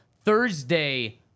thursday